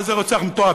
מה זה "רוצח מתועב"?